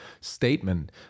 statement